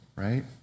Right